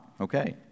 Okay